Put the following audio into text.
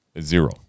Zero